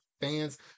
fans